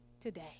today